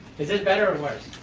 is it better or worse?